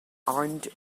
armed